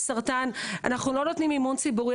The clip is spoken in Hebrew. או סרטן אנחנו לא נותנים מימון ציבורי.